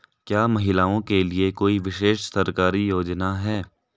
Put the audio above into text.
क्या महिलाओं के लिए कोई विशेष सरकारी योजना है?